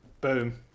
Boom